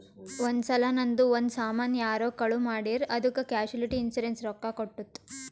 ಒಂದ್ ಸಲಾ ನಂದು ಒಂದ್ ಸಾಮಾನ್ ಯಾರೋ ಕಳು ಮಾಡಿರ್ ಅದ್ದುಕ್ ಕ್ಯಾಶುಲಿಟಿ ಇನ್ಸೂರೆನ್ಸ್ ರೊಕ್ಕಾ ಕೊಟ್ಟುತ್